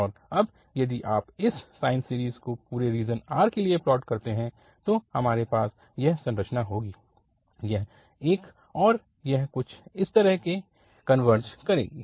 और अब यदि आप इस साइन सीरीज़ को पूरे रीजन R के लिए प्लॉट करते हैं तो हमारे पास यह संरचना होगी यह एक और यह कुछ इस तरह से कनवर्ज करेगी